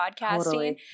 podcasting